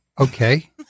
Okay